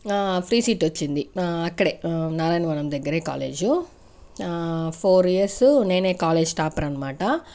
free seat వచ్చింది అక్కడే నారాయణ వనం దగ్గరే కాలేజు ఫోర్ ఇయర్సు నేనే కాలేజ్ టాపర్ అనమాట